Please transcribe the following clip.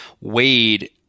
Wade